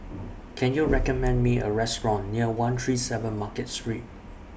Can YOU recommend Me A Restaurant near one three seven Market Street